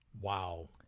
Wow